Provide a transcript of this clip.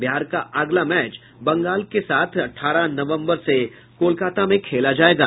बिहार का अगला मैच बंगाल के साथ अठारह नवम्बर से कोलकाता में खेला जायेगा